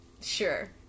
Sure